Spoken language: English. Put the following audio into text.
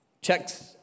checks